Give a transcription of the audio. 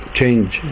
change